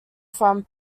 from